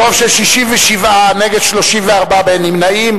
ברוב של 67 נגד 34, באין נמנעים,